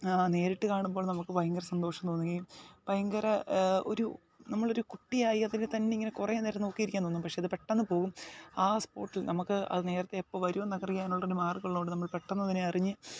നേരിട്ട് കാണുമ്പോൾ നമുക്ക് ഭയങ്കര സന്തോഷം തോന്നുകയും ഭയങ്കര ഒരു നമ്മൾ ഒരു കുട്ടിയായി അതിനെ തന്നെ ഇങ്ങനെ കുറേ നേരം നോക്കിയിരിക്കാൻ തോന്നും പക്ഷെ അത് പെട്ടന്ന് പോവും ആ സ്പോട്ടിൽ നമുക്ക് അത് നേരത്തെ എപ്പോൾ വരും എന്നൊക്കെ മാർഗം ഉള്ളത് കൊണ്ട് നമ്മൾ പെട്ടെന്ന് തന്നെ അറിഞ്ഞു